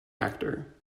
actor